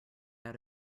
out